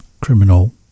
criminal